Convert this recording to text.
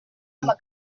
kwita